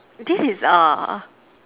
this is err